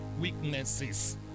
weaknesses